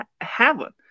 heaven